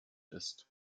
ist